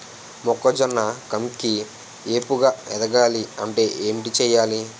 మొక్కజొన్న కంకి ఏపుగ ఎదగాలి అంటే ఏంటి చేయాలి?